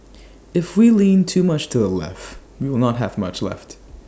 if we lean too much to A left we will not have much left